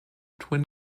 twin